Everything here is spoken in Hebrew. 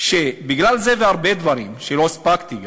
בגלל זה ובגלל הרבה דברים שלא הספקתי,